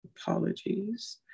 Apologies